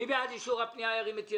מי בעד אישור הפנייה, ירים את ידו?